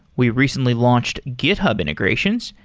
we recently launched github integrations,